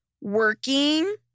working